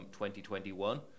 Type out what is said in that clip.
2021